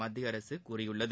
மத்திய அரசு கூறியுள்ளது